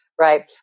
right